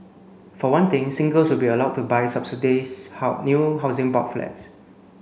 for one thing singles will be allowed to buy subsidise how new Housing Board flats